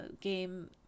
game